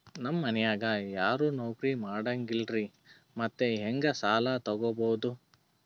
ನಮ್ ಮನ್ಯಾಗ ಯಾರೂ ನೌಕ್ರಿ ಮಾಡಂಗಿಲ್ಲ್ರಿ ಮತ್ತೆಹೆಂಗ ಸಾಲಾ ತೊಗೊಬೌದು?